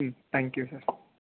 ம் thank you sir